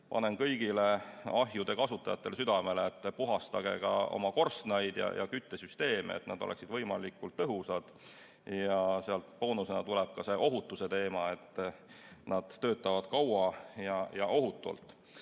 panen kõigile ahju kasutajatele südamele, et puhastage ka oma korstnaid ja küttesüsteemi, et need oleksid võimalikult tõhusad. Sealt boonusena tuleb ohutuse teema, et need töötavad kaua ja ohutult. Aga